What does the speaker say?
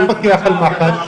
אז מי מפקח על מח"ש?